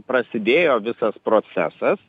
prasidėjo visas procesas